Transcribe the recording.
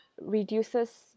reduces